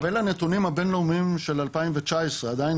אלו הנתונים הבינלאומיים של 2019. עדיין